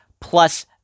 plus